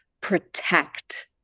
protect